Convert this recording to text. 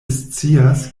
scias